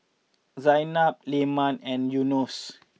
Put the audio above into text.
Zaynab Leman and Yunos